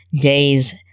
days